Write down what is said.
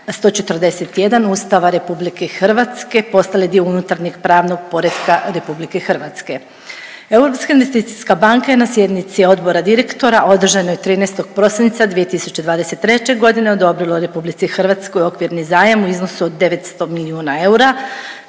141 Ustava RH postale dio unutarnjeg pravnog poretka RH. Europska investicijska banka je na sjednici odbora direktora održanoj 13. prosinca 2023. g. odobrilo RH okvirni zajam u iznosu od 900 milijuna eura